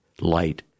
light